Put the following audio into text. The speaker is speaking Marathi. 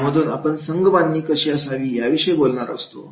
यामधून आपण संघबांधणी कशी असावी याविषयी बोलणार आहोत